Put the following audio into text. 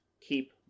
keep